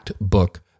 Book